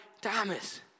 Thomas